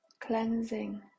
cleansing